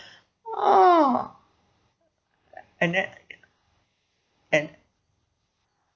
!wah! and that and